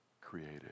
created